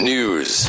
News